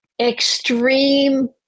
extreme